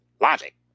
logic